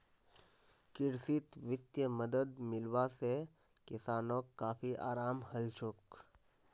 कृषित वित्तीय मदद मिलवा से किसानोंक काफी अराम हलछोक